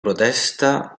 protesta